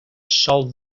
sol